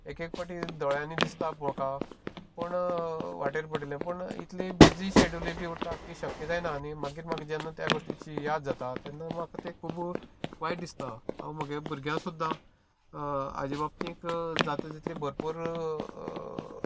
एक एक पावटी दोळ्यांनी दिसता म्हाका पूण वाटेर पडिल्लें पूण इतले बिजी सेड्यूल उरता की शक्य जायना आनी मागीर म्हाका जेन्ना त्या गोश्टिची याद जाता तेन्ना म्हाका तें खूब वायट दिसता हांव म्हागे भुरग्यांक सुद्दां हाज्या बाबतींक जाता तितलें भरपूर